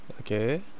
Okay